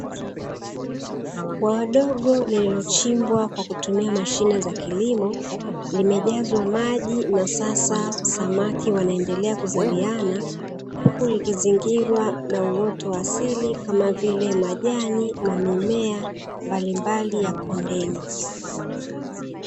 Bwawa dogo liliochimbwa kwakutumia mashine za kilimo, limejazwa maji na sasa samaki wanaendelea kuzaliana, huku likizingirwa na uoto wa asili kama vile majani na mimea mbalimbali ya kondeni.